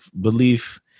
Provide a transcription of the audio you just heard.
belief